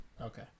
Okay